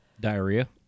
diarrhea